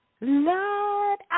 Lord